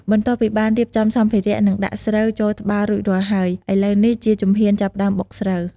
បន្ទាប់ពីបានរៀបចំសម្ភារៈ និងដាក់ស្រូវចូលត្បាល់រួចរាល់ហើយ ឥឡូវនេះជាជំហានចាប់ផ្ដើមបុកស្រូវ។